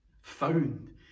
found